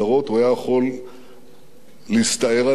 הוא היה יכול להסתער עליהן